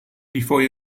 before